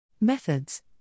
Methods